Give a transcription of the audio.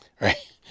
Right